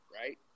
right